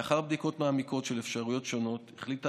לאחר בדיקות מעמיקות של אפשרויות שונות החליטה